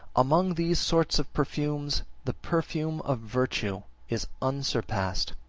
among these sorts of perfumes, the perfume of virtue is unsurpassed.